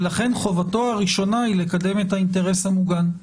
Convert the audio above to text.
לכן חובתו הראשונה היא לקדם את האינטרס המוגן.